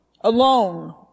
alone